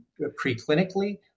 preclinically